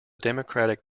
democratic